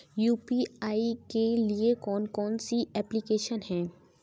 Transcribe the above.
UPI के लिए कौन कौन सी एप्लिकेशन हैं?